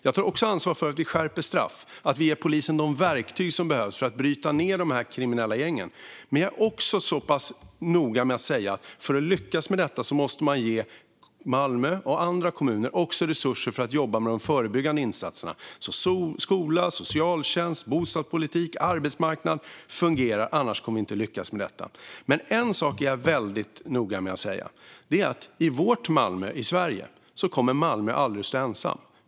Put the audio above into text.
Jag tar också ansvar för att vi skärper straff och för att vi ger polisen de verktyg som behövs för att bryta ned de kriminella gängen. Men jag är noga med att säga att man för att lyckas med detta även måste ge Malmö och andra kommuner resurser för att jobba med de förebyggande insatserna så att skola, socialtjänst, bostadspolitik och arbetsmarknad fungerar - annars kommer vi inte att lyckas med detta. En sak är jag väldigt noga med att säga: I vårt Sverige kommer Malmö aldrig att stå ensamt.